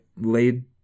laid